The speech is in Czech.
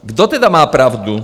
Kdo tedy má pravdu?